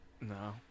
No